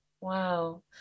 Wow